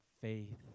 faith